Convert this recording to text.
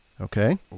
Okay